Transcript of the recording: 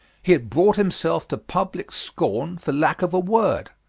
he had brought himself to public scorn for lack of a word.